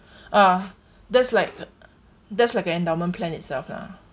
ah that's like that's like an endowment plan itself lah